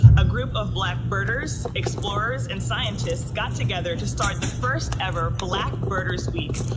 a group of black birders, explorers, and scientists got together to start the first ever black birders week.